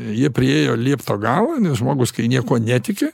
jie priėjo liepto galą nes žmogus kai niekuo netiki